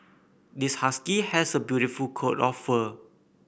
this husky has a beautiful coat of fur